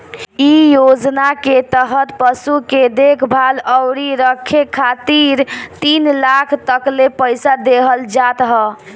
इ योजना के तहत पशु के देखभाल अउरी रखे खातिर तीन लाख तकले पईसा देहल जात ह